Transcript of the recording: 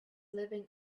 living